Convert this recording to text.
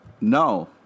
No